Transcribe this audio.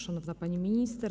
Szanowna Pani Minister!